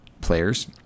players